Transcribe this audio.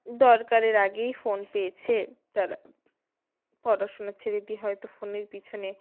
দরকারের আগেই ফোন পেয়েছে তারা পড়াশোনা ছেড়ে দিয়ে হয়তো ফোনের পিছনে